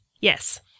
Yes